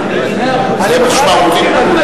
זה משמעותי.